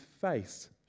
face